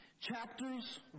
chapters